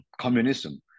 communism